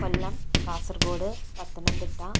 Kollam Kasaragod Pathanamthitta